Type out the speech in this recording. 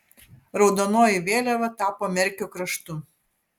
raudonoji vėliava tapo merkio kraštu